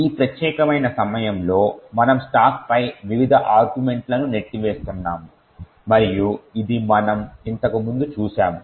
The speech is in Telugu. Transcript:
ఈ ప్రత్యేక సమయంలో మనము స్టాక్పై వివిధ ఆర్గ్యుమెంట్లను నెట్టివేస్తున్నాము మరియు ఇది మనము ఇంతకు ముందు చూశాము